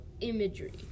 imagery